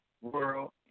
world